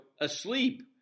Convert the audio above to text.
asleep